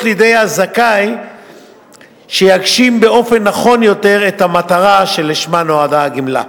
לידי הזכאי יגשים באופן נכון יותר את המטרה שלשמה נועדה הגמלה.